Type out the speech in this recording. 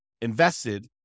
invested